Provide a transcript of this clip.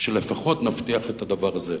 שלפחות נבטיח את הדבר הזה.